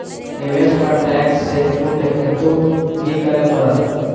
निवेश पर टैक्स सँ छुट हेतु की करै पड़त?